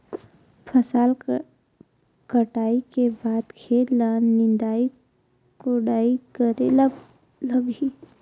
फसल कटाई के बाद खेत ल निंदाई कोडाई करेला लगही?